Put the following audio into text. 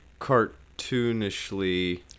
cartoonishly